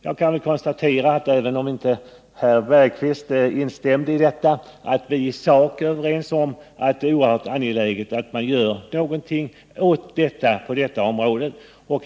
Jag kan konstatera att även om herr Bergqvist inte instämde i detta är vi i sak överens om att det är oerhört angeläget att man gör någonting på detta område.